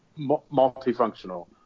multifunctional